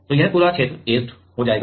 तो यह पूरा क्षेत्र ऐचेड हो जाएगा